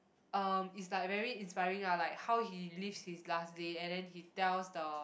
uh it's like very inspiring ah like how he lives his last day and then he tells the